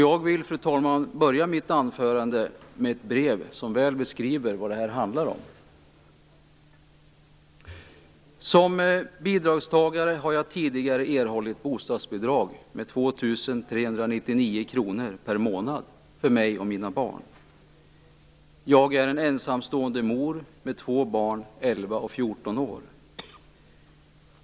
Jag vill börja mitt anförande med att läsa upp ett brev som väl beskriver vad det handlar om: Som bidragstagare har jag tidigare erhållit bostadsbidrag med 2 399 kr per månad för mig och mina barn. år.